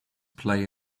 play